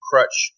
Crutch